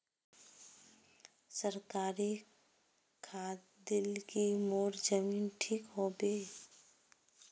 सरकारी खाद दिल की मोर जमीन ठीक होबे?